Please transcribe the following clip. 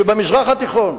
שבמזרח התיכון,